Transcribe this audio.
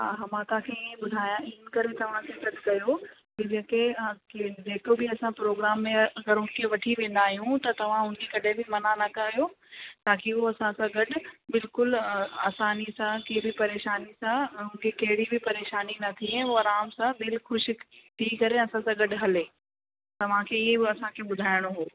हा हा मां तव्हांखे इएं ई ॿुधायां इनकरे तव्हांखे सॾु कयो की जेके जेको बि असां प्रोग्राम में अगरि उनखे वठी वेंदा आहियूं त तव्हां उनखे कॾहिं बि मना न कयो ताकी उहो असां सां गॾु बिल्कुल आसानी सां का बि परेशानी सां ऐं कहिड़ी बि परेशानी न थिए उहो आराम सां दिलिख़ुशि थी करे असां सां गॾु हले तव्हांखे ईअं असांखे ॿुधाइणो हुयो